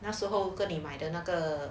那时候跟你买的那个